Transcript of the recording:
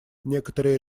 некоторые